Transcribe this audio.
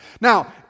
Now